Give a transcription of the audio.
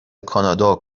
کانادا